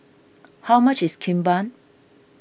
how much is Kimbap